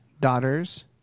Daughters